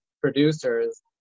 producers